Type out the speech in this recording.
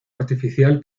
artificial